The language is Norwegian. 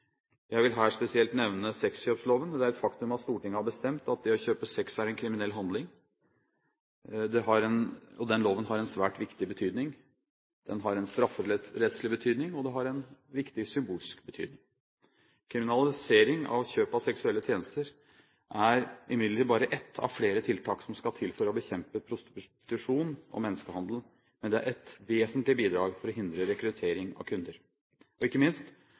Jeg vil her spesielt nevne sexkjøpsloven. Det er et faktum at Stortinget har bestemt at det å kjøpe sex er en kriminell handling. Den loven har en svært viktig betydning – den har en strafferettslig betydning, og den har en viktig symbolsk betydning. Kriminalisering av kjøp av seksuelle tjenester er imidlertid bare ett av flere tiltak som skal til for å bekjempe prostitusjon og menneskehandel, men det er et vesentlig bidrag for å hindre rekruttering av kunder. Og ikke minst,